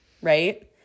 Right